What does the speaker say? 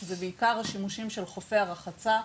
שזה בעיקר השימושים של חופי הרחצה.